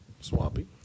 Swampy